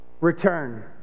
return